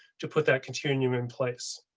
to put that continuum in place.